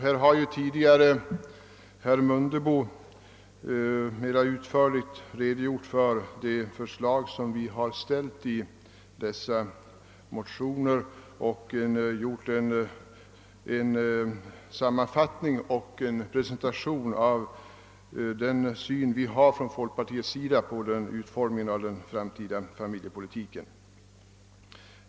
Herr Mundebo har tidigare utförligt redogjort för våra förslag i dessa motioner och gjort en sammanfattning och presentation av folkpartiets syn på utformningen av den framtida familjepolitiken.